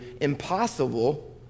impossible